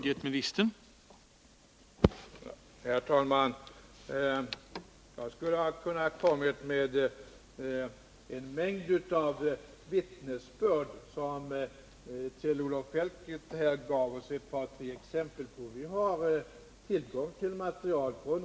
Herr talman! Jag hade kunnat framlägga en mängd vittnesbörd av det slag som Kjell-Olof Feldt gav oss ett par tre exempel på.